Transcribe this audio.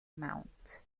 mount